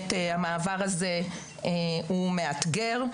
המעבר הזה הוא מאתגר.